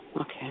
Okay